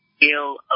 ill